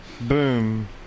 Boom